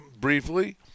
briefly